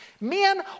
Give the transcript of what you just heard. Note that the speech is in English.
Men